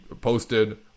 posted